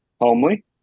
homely